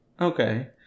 Okay